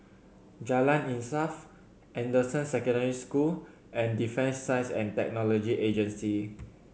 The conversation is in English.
Jalan Insaf Anderson Secondary School and Defence Science And Technology Agency